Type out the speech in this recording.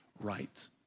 right